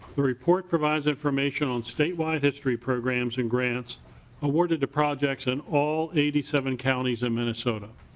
the report provides information on statewide history programs and grants awarded to projects in all eighty seven counties in minnesota.